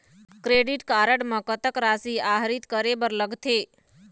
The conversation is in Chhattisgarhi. क्रेडिट कारड म कतक राशि आहरित करे बर लगथे?